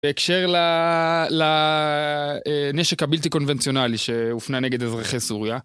בהקשר לנשק הבלתי קונבנציונלי שהופנה נגד אזרחי סוריה.